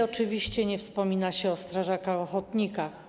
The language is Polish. Oczywiście nie wspomina się też o strażakach ochotnikach.